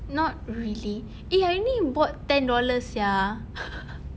not really eh I only brought ten dollars sia